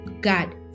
god